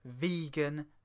vegan